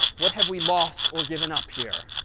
what have we lost or given up here?